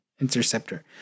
interceptor